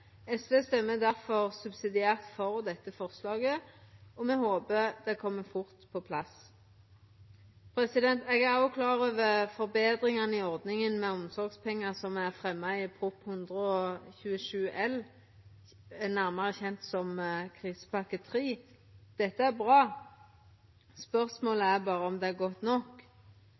SV stemmer difor subsidiært for dette forslaget, og me håper det kjem fort på plass. Eg er òg klar over forbetringane i ordningane med omsorgspengar som er fremja i Prop. 127 L, nærmare kjend som krisepakke 3. Dette er bra, spørsmålet er berre om det er godt nok.